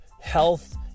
health